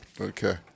Okay